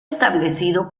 establecido